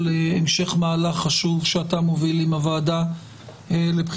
המשך מהלך חשוב שאתה מוביל עם הוועדה לבחירת